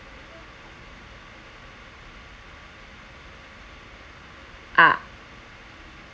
ah